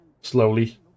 slowly